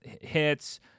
hits